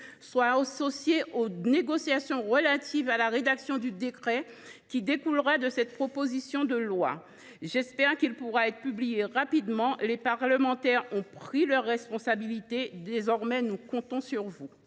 soient associés aux négociations relatives à la rédaction du décret qui découlera de cette proposition de loi. J’espère qu’il pourra être publié rapidement. Les parlementaires ont pris leurs responsabilités ; désormais, nous comptons sur vous